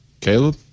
Caleb